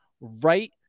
right